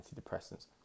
antidepressants